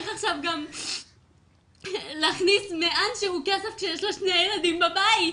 עכשיו גם להכניס מעט שהוא כסף שיש לה שני ילדים בבית,